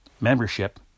membership